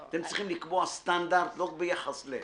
אתם צריכים לקבוע סטנדרט לא ביחס "ל",